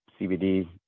CBD